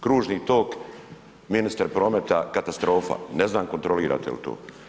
Kružni tok, ministre prometa, katastrofa, ne znam kontrolirate li to.